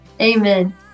Amen